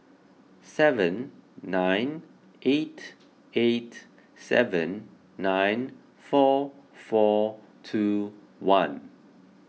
seven nine eight eight seven nine four four two one